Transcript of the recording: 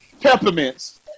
peppermints